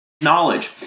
knowledge